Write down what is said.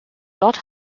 dort